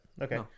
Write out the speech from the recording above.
Okay